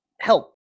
help